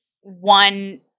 one